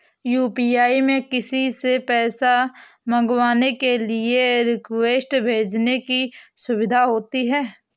UPI में किसी से पैसा मंगवाने के लिए रिक्वेस्ट भेजने की सुविधा होती है